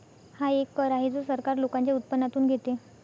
हा एक कर आहे जो सरकार लोकांच्या उत्पन्नातून घेते